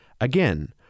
Again